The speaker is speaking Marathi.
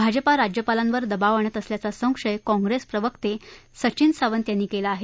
भाजपा राज्यपालांवर दबाव आणत असल्याचा संशय काँग्रेस प्रवक्ते सचिन सावंत यांनी केला आहे